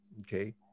Okay